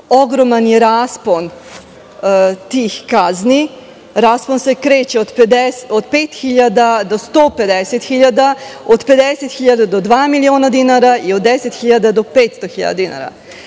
Ogroman je raspon tih kazni. Raspon se kreće od 5.000 do 150.000, od 50.000 do 2.000.000 dinara i od 10.000 do 500.000 dinara.